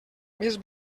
més